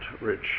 rich